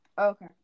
Okay